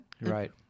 Right